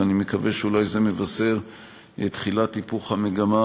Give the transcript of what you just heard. ואני מקווה שאולי זה מבשר תחילת היפוך המגמה